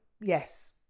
yes